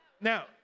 now